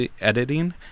editing